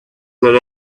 that